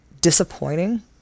disappointing